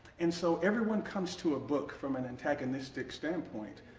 and so everyone comes to a book from an antagonistic standpoint.